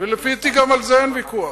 ולפי דעתי גם על זה אין ויכוח.